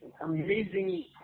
amazing